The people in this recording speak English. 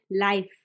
life